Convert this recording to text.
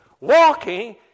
walking